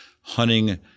hunting